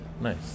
Nice